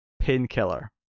painkiller